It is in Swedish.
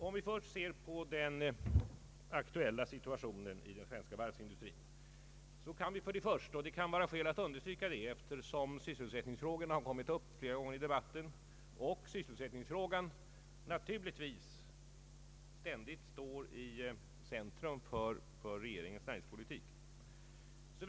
Om vi först ser på den aktuella situationen inom den svenska varvsindustrin kan det vara värt att notera att orderbeläggningen i alla de fyra stora varv som denna debatt i kammaren handlar om täcker varvens produktion fram till ett stycke in på år 1973.